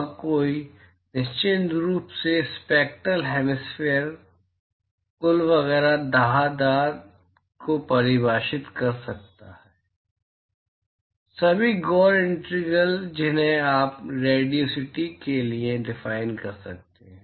और कोई निश्चित रूप से स्पैक्टरल हेमिस्फेरिकल कुल वगैरह दाह दाह दाह को परिभाषित कर सकता है सभी गोर इंटीग्रल जिन्हें आप रेडियोसिटी के लिए भी डिफाइन कर सकते हैं